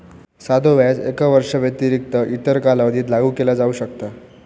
साधो व्याज एका वर्षाव्यतिरिक्त इतर कालावधीत लागू केला जाऊ शकता